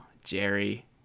jerry